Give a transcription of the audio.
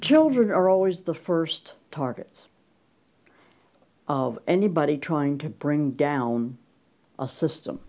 children are always the first targets of anybody trying to bring down a system